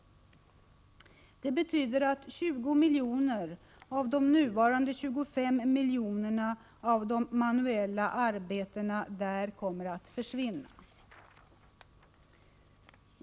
Det betyder att 20 miljoner av nuvarande 25 miljoner manuella arbeten i USA kommer att försvinna.